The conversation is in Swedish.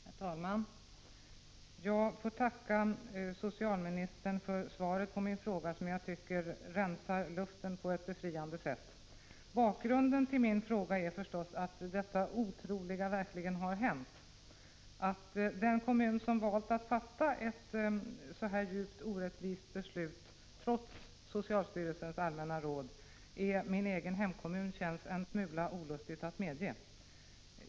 Herr talman! Jag får tacka socialministern för svaret på min fråga. Jag tycker att svaret rensar luften på ett befriande sätt. Bakgrunden till frågan är naturligtvis detta otroliga som har hänt. Att den kommun som valt att fatta ett så orättvist beslut, trots socialstyrelsens allmänna råd, är min egen hemkommun känns en smula olustigt att medge.